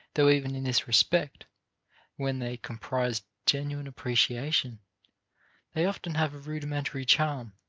though even in this respect when they comprise genuine appreciation they often have a rudimentary charm.